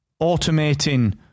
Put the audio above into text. automating